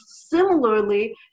similarly